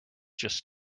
just